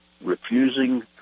refusing